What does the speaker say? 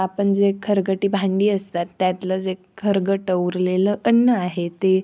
आपण जे खरगटी भांडी असतात त्यातलं जे खरगटं उरलेलं अन्न आहे ते